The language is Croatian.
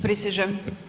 Prisežem.